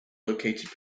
located